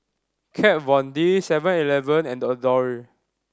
Kat Von D Seven Eleven and Adore